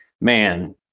man